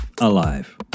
alive